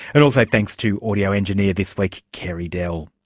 and also thanks to audio engineer this week carey dell.